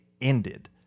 ended